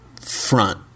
front